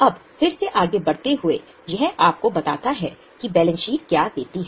अब फिर से आगे बढ़ते हुए यह आपको बताता है कि बैलेंस शीट क्या देती है